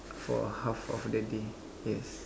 for half of the day yes